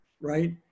right